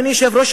אדוני היושב-ראש,